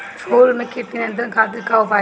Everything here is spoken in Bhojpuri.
फूल में कीट नियंत्रण खातिर का उपाय बा?